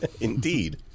indeed